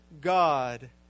God